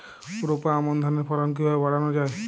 রোপা আমন ধানের ফলন কিভাবে বাড়ানো যায়?